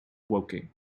woking